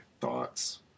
thoughts